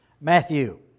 Matthew